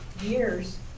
years